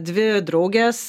dvi draugės